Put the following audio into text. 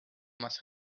must